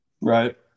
Right